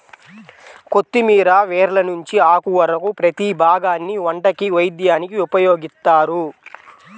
కొత్తిమీర వేర్ల నుంచి ఆకు వరకు ప్రతీ భాగాన్ని వంటకి, వైద్యానికి ఉపయోగిత్తారు